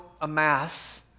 amass